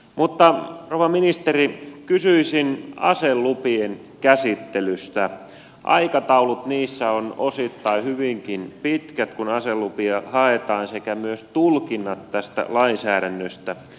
mutta rouva ministeri kysyisin aselupien käsittelystä aikataulut niissä ovat osittain hyvinkin pitkät kun aselupia haetaan sekä myös tulkinnoista tästä lainsäädännöstä